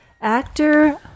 Actor